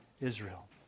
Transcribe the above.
Israel